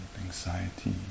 anxiety